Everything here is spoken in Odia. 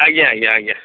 ଆଜ୍ଞା ଆଜ୍ଞା ଆଜ୍ଞା